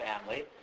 family